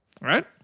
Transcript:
right